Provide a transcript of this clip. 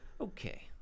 Okay